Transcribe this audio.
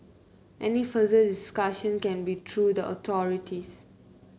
any further discussion can be through the authorities